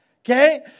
Okay